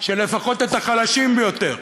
שלפחות את החלשים ביותר,